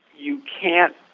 you can't,